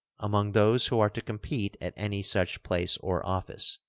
among those who are to compete at any such place or office,